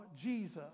Jesus